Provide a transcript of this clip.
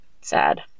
sad